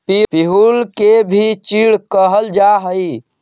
पिरुल के भी चीड़ कहल जा हई